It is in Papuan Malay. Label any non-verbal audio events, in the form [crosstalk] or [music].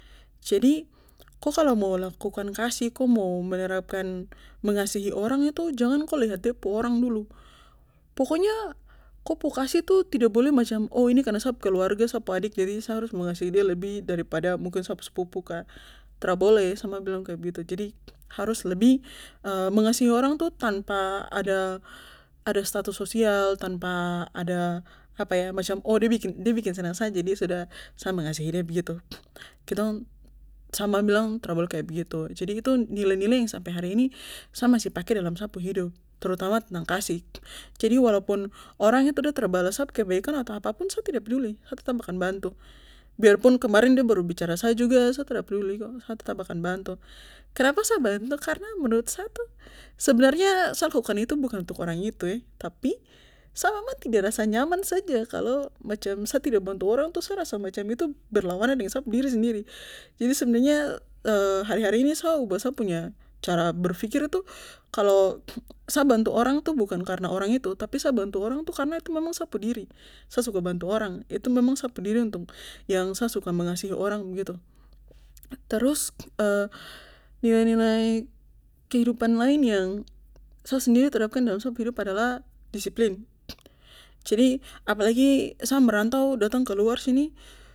Jadi ko kalo mo lakukan kasih ko mo menerapkan mengasihi orang itu jangan ko liat de pu orang dulu pokoknya ko pu kasih tuh tidak boleh macam oh ini karna sa pu keluarga sa pu adik jadi sa harus mengasihi de lebih dari pada mungkin sa pu sepupu kah tra boleh sa mama bilang begitu jadi harus lebih [hesitation] mengasihi orang tuh tanpa ada, ada status sosial tanpa ada apa yah macam oh de bikin senang sa jadi sudah sa mengasihi de begitu [noise] kitong sa mama bilang tra boleh kaya begitu jadi itu nilai nilai yang sampe hari ini sa masih pake dalam sa pu hidup terutama tentang kasih jadi walaupun orang itu de tra balas sa pu kebaikan atau apapun sa tra peduli sa tetap akan bantu biarpun kemarin de baru bicara saya juga sa tra peduli sa tetap akan bantu kenapa sa bantu karna menurut sa tu sebenarnya sa lakukan itu bukan untuk orang itu [hesitation] tapi sa memang tidak rasa nyaman saja kalo macam sa tidak bantu orang tuh sa rasa macam itu berlawanan dengan sa pu diri sendiri jadi sebenarnya [hesitation] hari hari ini sa ubah sa punya cara berfikir itu kalo sa bantu orang tuh bukan karna orang itu tapi sa bantu orang tu karna itu memang sa pu diri sa suka bantu orang itu memang sa pu diri untuk yang sa suka mengasihi orang begitu terus [hesitation] nilai nilai kehidupan lain yang sa sendiri terapkan dalam sa pu hidup adalah disiplin jadi apalagi sa merantau datang keluar sini